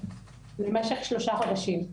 במשך שלושה חודשים.